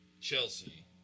Chelsea